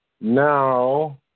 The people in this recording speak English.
now